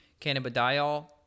cannabidiol